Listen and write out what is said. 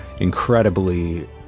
incredibly